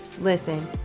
listen